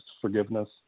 forgiveness